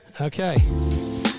Okay